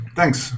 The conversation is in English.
thanks